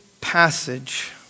passage